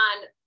on